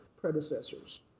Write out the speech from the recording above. predecessors